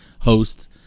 host